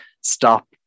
stop